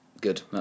Good